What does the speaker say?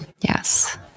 yes